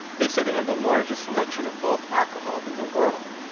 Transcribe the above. they say they have the largest selection of bulk alcohol in the world.